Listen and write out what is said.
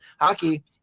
hockey